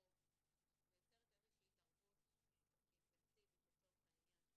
זרקור ויוצרת איזושהי התערבות אינטנסיבית לצורך העניין,